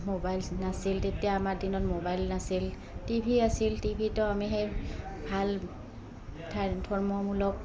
mobile নাছিল তেতিয়া আমাৰ দিনত মোবাইল নাছিল টিভি আছিল টিভি তো আমি সেই ভাল ধা ধৰ্মমূলক